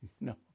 No